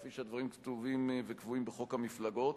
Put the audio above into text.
כפי שהדברים כתובים וקבועים בחוק המפלגות.